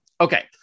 okay